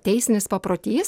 teisinis paprotys